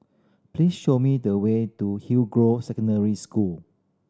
please show me the way to Hillgrove Secondary School